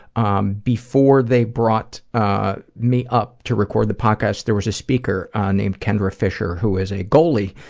um before they brought ah me up to record the podcast, there was a speaker ah named kendra fisher, who is a goalie